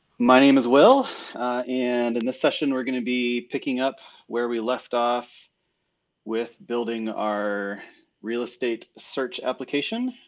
my name is will and in this session, we're gonna be picking up where we left off with building our real estate search application.